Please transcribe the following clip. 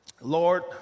Lord